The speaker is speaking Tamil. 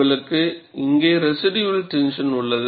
உங்களுக்கு இங்கே ரெசிடுயல் டென்ஷன் உள்ளது